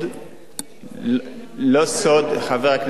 חבר הכנסת אזולאי,